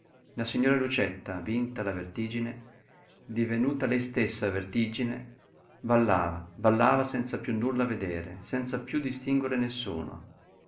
la signora lucietta vinta la vertigine divenuta lei stessa vertigine ballava ballava senza piú nulla vedere senza piú distinguere nessuno